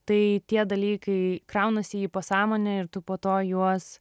tai tie dalykai kraunasi į pasąmonę ir tu po to juos